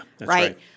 right